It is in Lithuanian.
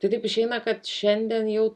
tai taip išeina kad šiandien jau